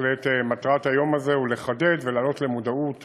מטרת היום הזה היא לחדד ולהעלות למודעות